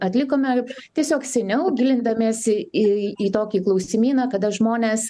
atlikome tiesiog seniau gilindamiesi į į tokį klausimyną kada žmonės